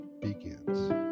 begins